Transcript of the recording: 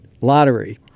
lottery